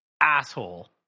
asshole